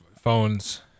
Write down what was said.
phones